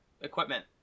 equipment